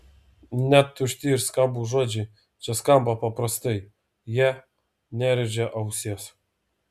net tušti ir skambūs žodžiai čia skamba paprastai jie nerėžia ausies